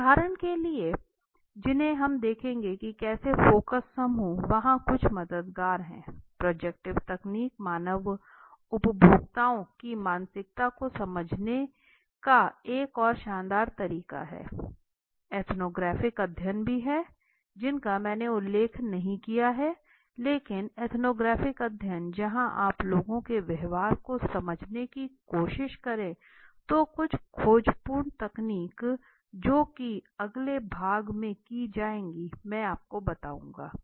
तो ऐसे कुछ उदाहरण हैं जिन्हें हम देखेंगे कि कैसे फोकस समूह वहां बहुत मददगार है प्रोजेक्टिव तकनीक मानव उपभोक्ताओं की मानसिकता को समझने का एक और शानदार तरीका है एथनोग्राफिक अध्ययन भी हैं जिनका मैंने उल्लेख नहीं किया है लेकिन एथनोग्राफिक अध्ययन जहां आप लोगों के व्यवहार को समझने की कोशिश करें तो कुछ खोजपूर्ण तकनीक जो कि अगले भाग में की जाएगी मैं आपको बताऊंगा